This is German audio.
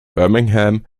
birmingham